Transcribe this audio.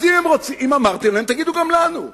אם אמרתם להם, תגידו גם לנו.